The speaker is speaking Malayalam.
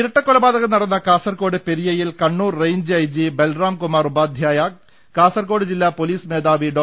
ഇരട്ടക്കൊലപാതകം നടന്ന കാസർകോട് പെരിയയിൽ കണ്ണൂർ റെയിഞ്ച് ഐജി ബൽറാം കുമാർ ഉപാധ്യായ കാസർകോട് ജില്ലാ പോലീസ് മേധാവി ഡോ